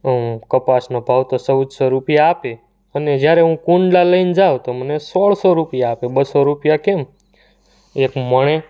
ઘઉં કપાસનો ભાવ તો ચૌદસો રૂપિયા આપે અને જ્યારે હું કુંડલા લઈને જાઉં તો મને સોળસો રૂપિયા આપે બસો રૂપિયા કેમ એક મણે